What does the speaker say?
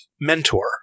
mentor